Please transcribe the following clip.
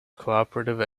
cooperative